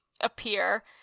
Appear